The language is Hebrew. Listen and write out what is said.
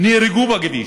נהרגו בכביש.